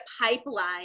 pipeline